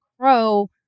crow